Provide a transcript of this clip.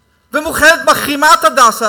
ו"מאוחדת" מחרימה את "הדסה".